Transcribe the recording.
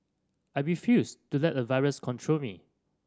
I refused to let a virus control me